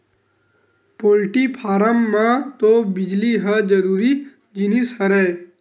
poultry farm म तो बिजली ह जरूरी जिनिस हरय